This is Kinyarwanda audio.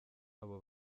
abo